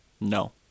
No